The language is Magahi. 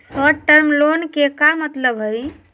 शार्ट टर्म लोन के का मतलब हई?